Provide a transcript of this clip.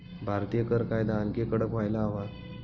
भारतीय कर कायदा आणखी कडक व्हायला हवा